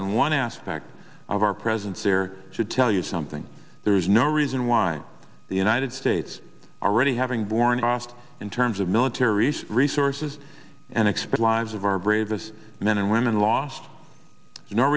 on one aspect of our presence here to tell you something there's no reason why the united states already having borne off in terms of military resources and explosives of our bravest men and women lost no